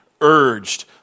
urged